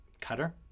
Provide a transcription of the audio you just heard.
Cutter